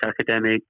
academic